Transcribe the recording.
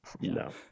No